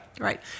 Right